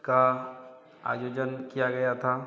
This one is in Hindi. का आयोजन किया गया था